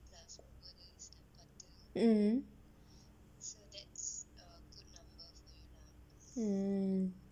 mm mm